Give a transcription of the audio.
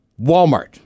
Walmart